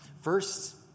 First